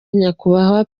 nyakubahwa